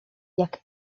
jak